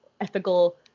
ethical